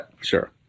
sure